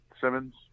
simmons